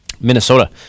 Minnesota